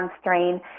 strain